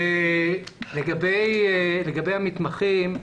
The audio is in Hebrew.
לגבי המתמחים.